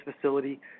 facility